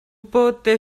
pote